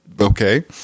okay